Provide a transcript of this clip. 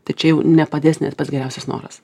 tai čia jau nepadės net pats geriausias noras